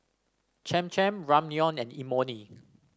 Cham Cham Ramyeon and Imoni